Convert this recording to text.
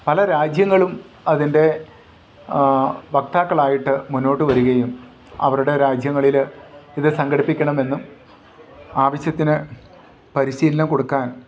പല രാജ്യങ്ങളും അതിൻ്റെ വക്താക്കളായിട്ട് മുന്നോട്ട് വരികയും അവരുടെ രാജ്യങ്ങളിൽ ഇതു സംഘടിപ്പിക്കണമെന്നും ആവശ്യത്തിന് പരിശീലനം കൊടുക്കാൻ